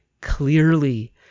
clearly